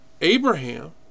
Abraham